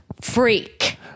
freak